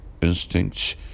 instincts